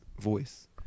voice